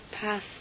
pass